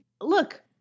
look